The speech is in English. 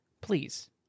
please